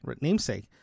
namesake